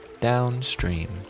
downstream